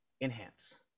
enhance